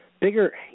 Bigger